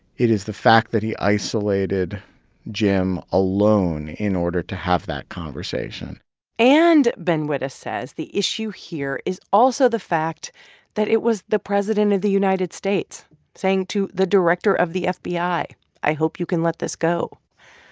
it is the fact that he isolated jim alone in order to have that conversation and, ben wittes, says the issue here is also the fact that it was the president of the united states saying to the director of the fbi, i i hope you can let this go.